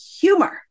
humor